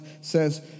says